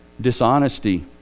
dishonesty